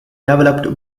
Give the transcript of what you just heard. developed